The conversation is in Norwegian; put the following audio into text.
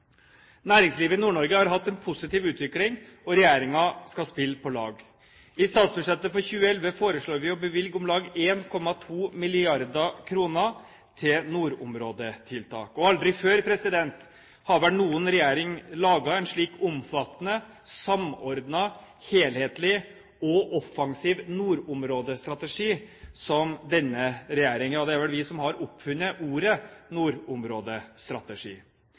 Næringslivet i Nord-Norge har hatt en positiv utvikling, og regjeringen skal spille på lag. I statsbudsjettet for 2011 foreslår vi å bevilge om lag 1,2 mrd. kr til nordområdetiltak. Aldri før har vel noen regjering laget en slik omfattende, samordnet, helhetlig og offensiv nordområdestrategi som denne regjeringen. Det er vel vi som har oppfunnet ordet